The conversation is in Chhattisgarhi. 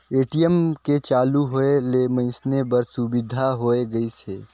ए.टी.एम के चालू होय ले मइनसे बर सुबिधा होय गइस हे